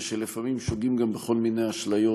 ושלפעמים שוגים גם בכל מיני אשליות,